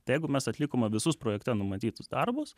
tai jeigu mes atlikome visus projekte numatytus darbus